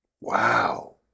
wow